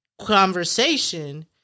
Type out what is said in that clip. conversation